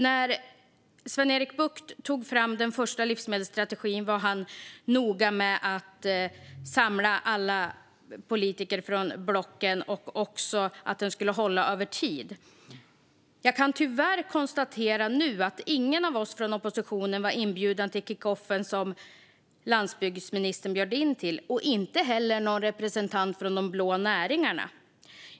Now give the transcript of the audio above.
När Sven-Erik Bucht tog fram den första livsmedelsstrategin var han noga med att samla alla politiker från blocken och också att strategin skulle hålla över tid. Jag kan tyvärr konstatera att ingen av oss från oppositionen och inte heller någon representant från de blå näringarna var inbjuden till den kickoff som landsbygdsministern bjöd in till.